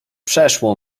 przeszło